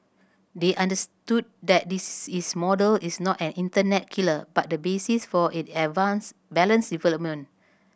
they understood that is model is not an internet killer but the basis for it advance balanced development